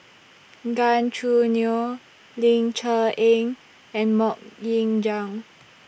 Gan Choo Neo Ling Cher Eng and Mok Ying Jang